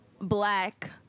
black